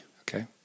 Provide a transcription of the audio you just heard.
Okay